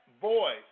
voice